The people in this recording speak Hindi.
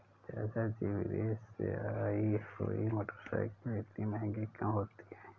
चाचा जी विदेश से आई हुई मोटरसाइकिल इतनी महंगी क्यों होती है?